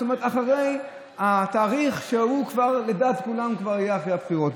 זאת אומרת אחרי התאריך שלדעת כולם כבר יהיה אחרי הבחירות.